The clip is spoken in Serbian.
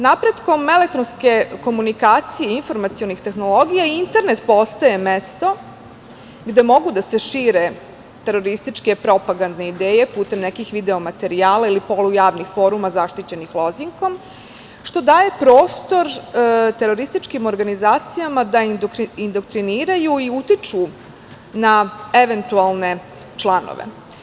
Napretkom elektronske komunikacije informacionih tehnologija i internet postaje mesto gde mogu da se šire terorističke propagandne ideje putem video materijala ili polujavnih foruma zaštićenih lozinkom, što daje prostor terorističkim organizacijama da indoktriniraju i utiču na eventualne članove.